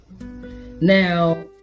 Now